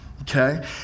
okay